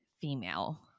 female